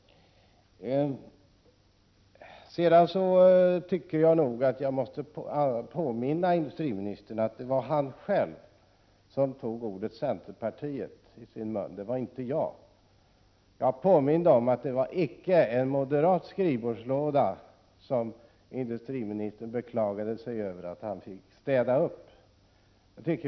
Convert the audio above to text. Sedan måste jag påminna industriministern om att det var industriministern själv som tog ordet centerpartiet i sin mun — inte jag. Jag påminde om att det icke var en moderat skrivbordslåda som industriministern fick städa upp i; han beklagade sig ju över det.